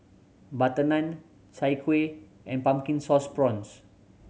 Butter Naan Chai Kuih and Pumpkin Sauce Prawns